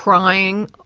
crying,